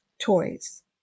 toys